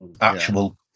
Actual